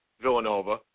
Villanova